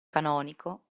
canonico